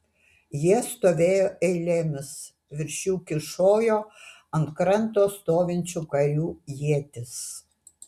jie stovėjo eilėmis virš jų kyšojo ant kranto stovinčių karių ietys